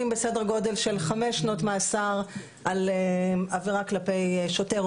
בסדר גודל של חמש שנות מאסר על עבירה כלפי שוטר,